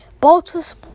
Baltus